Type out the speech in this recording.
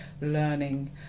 learning